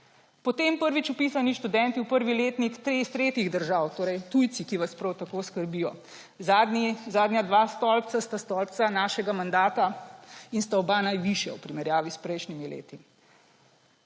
Potem prvič vpisani študenti v prvi letnik iz tretjih držav, torej tujci, ki vas prav tako skrbijo. Zadnja dva stolpca sta stolpca našega mandata in sta oba najvišja v primerjavi s prejšnjimi leti.